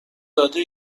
داده